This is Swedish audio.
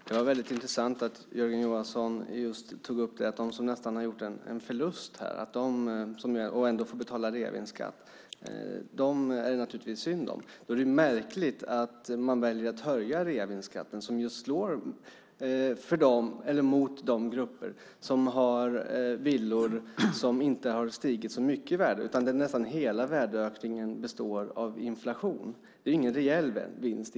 Herr talman! Det var intressant att höra Jörgen Johansson säga att det är synd om dem som nästan gjort en förlust och ändå får betala reavinstskatt. Därför är det märkligt att man väljer att höja reavinstskatten som ju slår mot de grupper som har villor som inte stigit särskilt mycket i värde och där nästan hela värdeökningen alltså består av inflation. Det är ingen reell vinst.